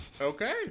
Okay